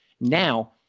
Now